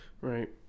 Right